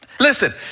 Listen